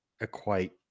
equate